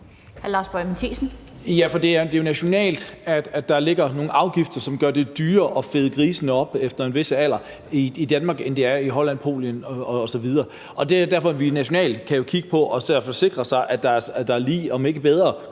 det er jo noget nationalt, altså at der ligger nogle afgifter, som gør det dyrere at fede grisene op i Danmark efter en vis alder, end det er i Holland og Polen osv. Og det er jo derfor, at vi nationalt kan kigge på det og få sikret os, at der er lige, om ikke bedre